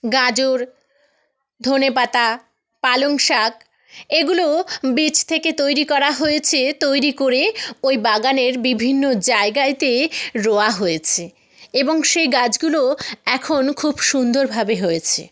গাজর ধনে পাতা পালং শাক এগুলো বীজ থেকে তৈরি করা হয়েছে তৈরি করে ওই বাগানের বিভিন্ন জায়গাতে রোয়া হয়েছে এবং সেই গাছগুলো এখন খুব সুন্দরভাবে হয়েছে